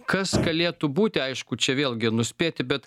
kas galėtų būti aišku čia vėlgi nuspėti bet